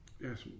Yes